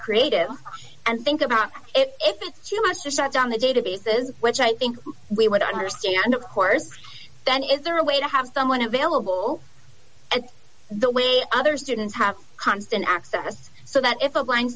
creative and think about it too much to shut down the databases which i think we would understand of course then is there a way to have someone available at the way other students have constant access so that if a bl